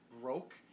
broke